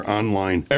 online